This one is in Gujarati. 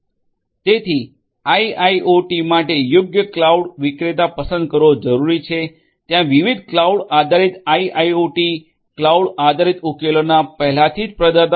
તેથી આઇઆઇઓટી માટે યોગ્ય ક્લાઉડ વિક્રેતા પસંદ કરવો જરૂરી છે ત્યાં વિવિધ ક્લાઉડ આધારિત આઇઆઇઓટી ક્લાઉડ આધારિત ઉકેલોના પહેલાથી જ પ્રદાતાઓ છે